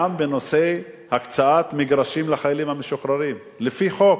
נושא הקצאת מגרשים לחיילים המשוחררים לפי חוק,